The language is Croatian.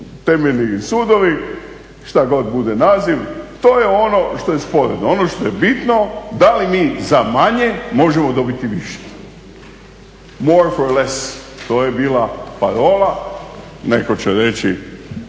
temeljni sudovi šta god bude naziv. To je ono što je sporedno. Ono što je bitno da li mi za manje možemo dobiti više. More for less, to je bila parola. Netko će reći